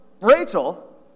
Rachel